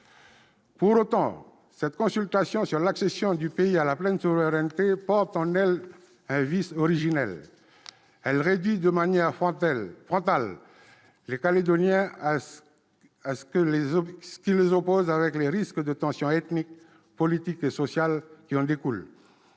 Pour autant, cette consultation sur l'accession du pays à la pleine souveraineté porte en elle un vice originel : elle réduit de manière frontale les Calédoniens à ce qui les oppose, avec les risques de tensions ethniques, politiques et sociales qui en découlent.